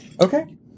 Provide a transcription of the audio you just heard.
Okay